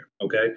Okay